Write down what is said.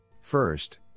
First